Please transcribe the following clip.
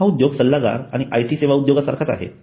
हा उद्योग सल्लागार आणि आयटी सेवा उद्योगासारखा आहे